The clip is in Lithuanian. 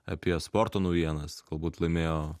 apie sporto naujienas galbūt laimėjo